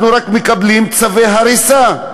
אנחנו רק מקבלים צווי הריסה.